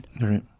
Right